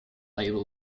label